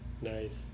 Nice